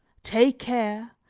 take care!